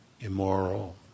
immoral